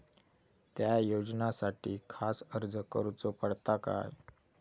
त्या योजनासाठी खास अर्ज करूचो पडता काय?